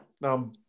now